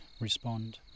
respond